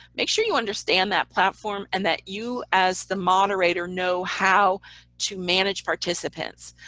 make sure you understand that platform, and that you as the moderator know how to manage participants.